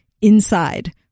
inside